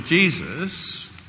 Jesus